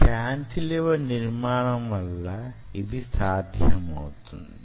cantilever నిర్మాణం వల్ల యిది సాధ్యమౌతుంది